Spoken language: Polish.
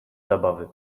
zabawy